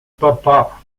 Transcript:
papà